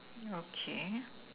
okay